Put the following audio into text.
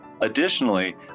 Additionally